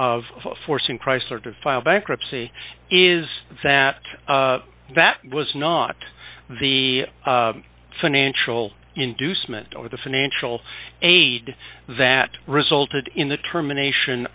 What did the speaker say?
of forcing chrysler to file bankruptcy is that that was not the financial inducement or the financial aid that resulted in the termination